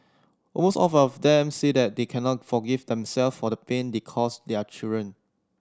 almost all of them say they cannot forgive themselves for the pain they cause their children